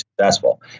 successful